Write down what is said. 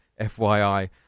FYI